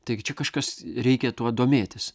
taigi čia kažkas reikia tuo domėtis